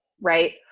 Right